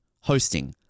hosting